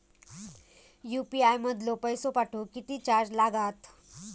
UPI मधलो पैसो पाठवुक किती चार्ज लागात?